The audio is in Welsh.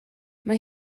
mae